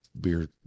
Beer